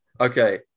Okay